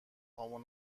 پامو